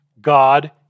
God